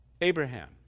Abraham